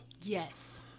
Yes